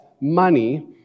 money